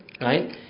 right